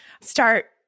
start